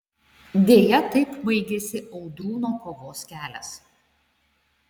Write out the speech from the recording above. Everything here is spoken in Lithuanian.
deja taip baigėsi audrūno kovos kelias